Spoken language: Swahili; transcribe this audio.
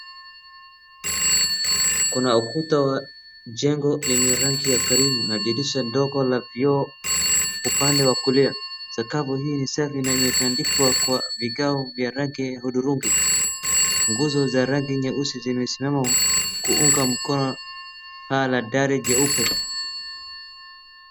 Kuna ukuta wajengo yenye rangi ya krimu, dirisha ndogo la vioo upande wa kulia. Sakafu hii ni safi na imetandikwa kwa vigae vya rangi hudhurungi, nguzo za rangi nyeusi zimesimama kuunga mkono paa la dari jeupe.